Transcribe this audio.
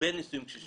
באנשים קשישים.